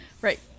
Right